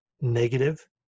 negative